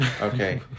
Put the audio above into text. Okay